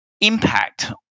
impact